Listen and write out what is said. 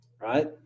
right